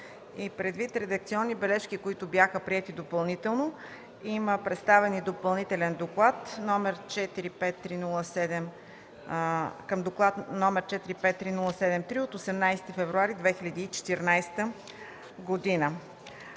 Предвид редакционни бележки, които бяха приети допълнително, има представен и Допълнителен доклад към доклад, № 453 07 3 от 18 февруари 2014 г.